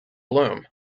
bloom